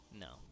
No